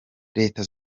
leta